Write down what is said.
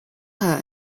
her